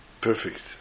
perfect